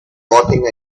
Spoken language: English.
walking